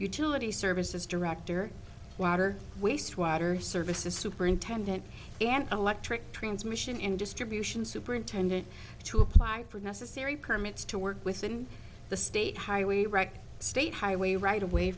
utility services director water wastewater services superintendent and electric transmission and distribution superintendent to apply for necessary permits to work within the state highway wrecked state highway right away